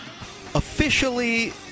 officially